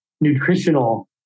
nutritional